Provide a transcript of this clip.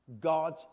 God